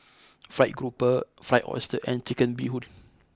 Fried Grouper Fried Oyster and Chicken Bee Hoon